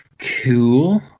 Cool